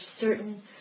certain